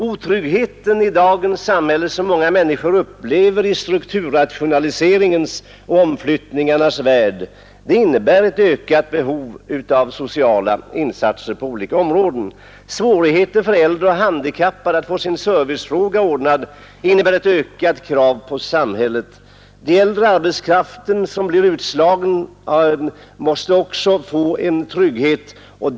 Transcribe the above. Otryggheten i dagens samhälle som många människor upplever i strukturrationaliseringens och omflyttningarnas värld innebär ett ökat behov av sociala insatser på olika områden. Svårigheter för äldre och handikappade att få sin service ordnad innebär ett ökat krav på samhället; den äldre arbetskraften, som blir utslagen, måste också få trygghet.